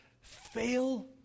fail